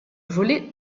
voler